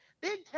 Big